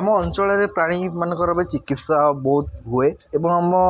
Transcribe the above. ଆମ ଅଞ୍ଚଳରେ ପ୍ରାଣୀମାନଙ୍କର ବି ଚିକିତ୍ସା ବହୁତ ହୁଏ ଏବଂ ଆମ